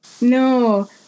No